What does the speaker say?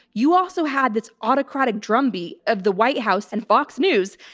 you also had this autocratic drum beat of the white house and fox news,